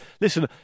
Listen